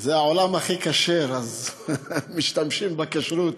זה העולם הכי כשר, אז משתמשים בכשרות.